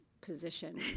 position